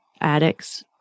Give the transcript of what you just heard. addicts